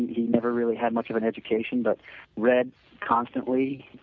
he never really had much of an education but read constantly.